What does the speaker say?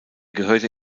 gehörte